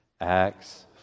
Acts